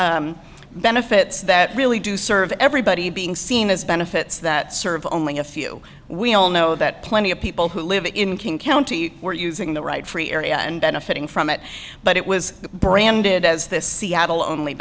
in benefits that really do serve everybody being seen as benefits that serve only a few we all know that plenty of people who live in king county were using the right free area and benefiting from it but it was branded as this seattle only